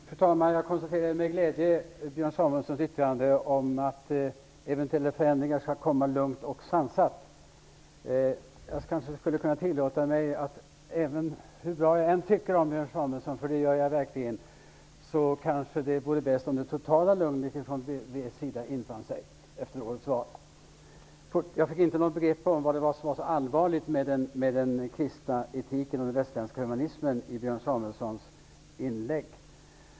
Fru talman! Jag mottog med glädje Björn Samuelsons yttrande om att eventuella förändringar skall komma lungt och sansat. Hur bra jag än tycker om Björn Samuelson -- och det gör jag verkligen -- skulle jag kanske kunna tillåta mig att säga att det vore bäst om ett totalt lugn från Björn Samuelsons inlägg gav mig inte något begrepp om vad det var som var så allvarligt med den kristna etiken och den västerländska humanismen.